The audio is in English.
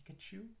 Pikachu